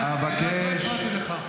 לא הפרעתי לך.